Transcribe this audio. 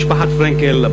משפחת פרנקל,